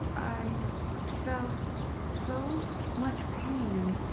i felt so much pain,